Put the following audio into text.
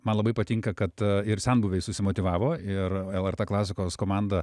man labai patinka kad ir senbuviai susimotyvavo ir lrt klasikos komanda